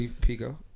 Pico